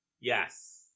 Yes